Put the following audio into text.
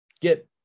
get